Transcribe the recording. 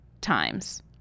times